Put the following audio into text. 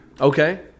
Okay